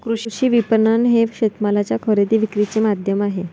कृषी विपणन हे शेतमालाच्या खरेदी विक्रीचे माध्यम आहे